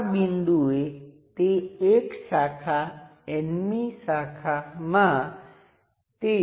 ચાલો હું આ અને આ પ્રાઈમ ટર્મિનલ તથા સમકક્ષને પણ દર્શાવું